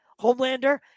Homelander